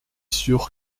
sûr